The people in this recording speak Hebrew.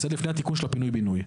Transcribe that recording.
לפני התיקון של הפינוי בינוי.